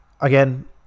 Again